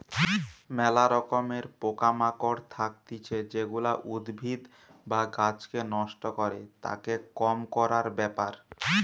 ম্যালা রকমের পোকা মাকড় থাকতিছে যেগুলা উদ্ভিদ বা গাছকে নষ্ট করে, তাকে কম করার ব্যাপার